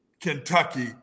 Kentucky